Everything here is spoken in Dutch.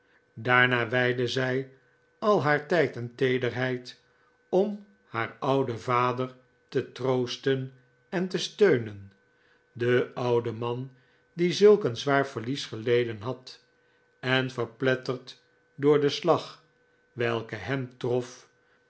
daarna wijdde zij al haar tijd en teederheid om haar ouden vader te troosten en te steunen den ouden man die zulk een zwaar verlies geleden had en verpletterd door den slag welke hem trof